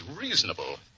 reasonable